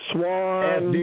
Swan